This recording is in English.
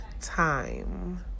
time